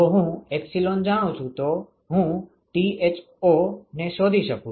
અને જો હું એપ્સીલોન જાણું છું તો હું Tho ને શોધી શકું છું